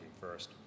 first